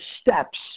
steps